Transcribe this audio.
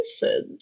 person